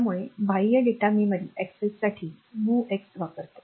त्यामुळे बाह्य data memory अक्सेससाठी MOVX वापरते